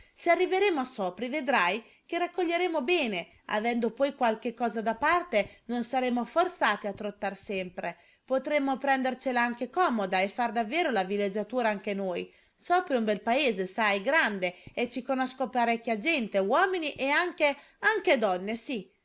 se arriveremo a sopri vedrai che raccoglieremo bene avendo poi qualche cosa da parte non saremo forzati a trottar sempre potremo prendercela anche comoda e far davvero la villeggiatura anche noi sopri è un bel paese sai grande e ci conosco parecchia gente uomini e anche anche donne sì